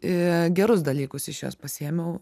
gerus dalykus iš jos pasiėmiau